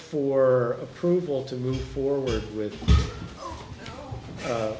for approval to move forward with